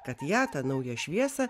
kad ją tą naują šviesą